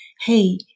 hey